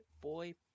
Boy